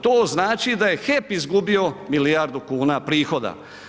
To znači da je HEP izgubio milijardu kuna prihoda.